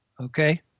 Okay